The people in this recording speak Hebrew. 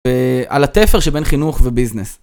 על התפר שבין חינוך וביזנס.